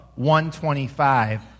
125